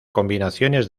combinaciones